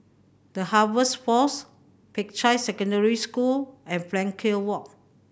The Harvest Force Peicai Secondary School and Frankel Walk